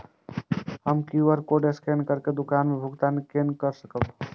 हम QR code scan करके दुकान में भुगतान केना कर सकब?